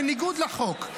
בניגוד לחוק.